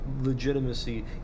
legitimacy